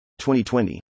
2020